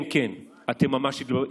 כן, כן, אתם ממש התבלבלתם.